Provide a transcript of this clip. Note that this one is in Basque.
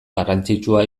garrantzitsua